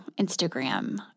Instagram